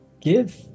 Give